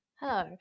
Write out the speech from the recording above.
Hello